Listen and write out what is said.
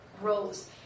grows